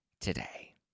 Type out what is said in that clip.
today